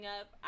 up